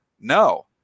no